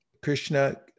Krishna